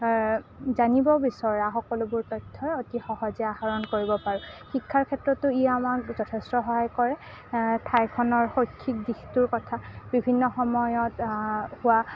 জানিব বিচৰা সকলোবোৰ তথ্যই অতি সহজে আহৰণ কৰিব পাৰোঁ শিক্ষাৰ ক্ষেত্ৰতো ই আমাক যথেষ্ট সহায় কৰে ঠাইখনৰ শৈক্ষিক দিশটোৰ কথা বিভিন্ন সময়ত হোৱা